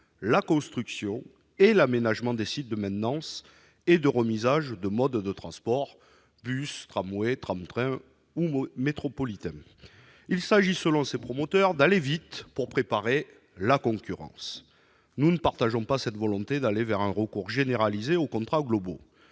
la construction et l'aménagement des sites de maintenance et de remisage de modes de transport- bus, tramway, tram-train, métropolitain. Il s'agit, selon ses promoteurs, d'aller vite pour préparer l'ouverture à la concurrence. Nous ne partageons pas cette volonté d'aller vers un recours généralisé aux contrats globaux.